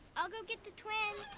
i'll go get the twins.